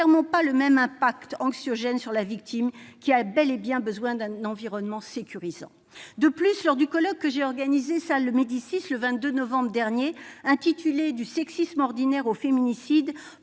clairement pas le même effet anxiogène sur la victime, qui a bel et bien besoin d'un environnement sécurisant. De plus, lors du colloque que j'ai organisé salle Médicis le 22 novembre dernier, intitulé « Du sexisme ordinaire aux féminicides